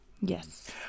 Yes